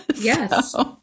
Yes